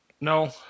No